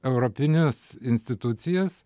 europinius institucijas